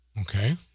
Okay